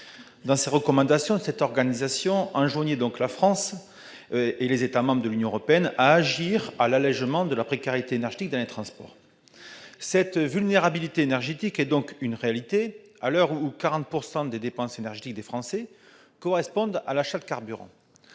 Dans ses recommandations, cette organisation enjoignait aux États membres de l'Union européenne d'agir en faveur de l'allégement de la précarité énergétique dans les transports. Cette vulnérabilité énergétique est donc une réalité, à l'heure où 40 % des dépenses énergétiques des Français sont consacrées à l'achat de carburant.